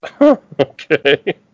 Okay